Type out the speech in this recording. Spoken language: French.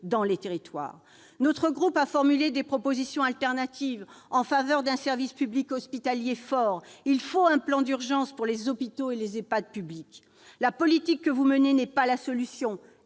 dans les territoires. Notre groupe a formulé des propositions de substitution en faveur d'un service public hospitalier fort. Il faut un plan d'urgence pour les hôpitaux et les EHPAD publics. La politique que vous menez n'est pas la solution.